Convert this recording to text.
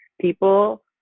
People